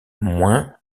moins